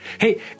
Hey